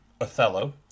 Othello